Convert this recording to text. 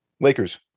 Lakers